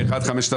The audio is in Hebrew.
אושרה.